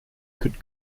could